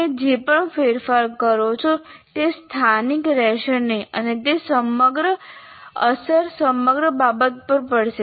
તમે જે પણ ફેરફાર કરો છો તે સ્થાનિક રહેશે નહીં અને તેની અસર સમગ્ર બાબત પર પડશે